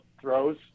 throws